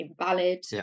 invalid